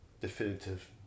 definitive